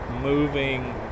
moving